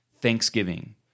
Thanksgiving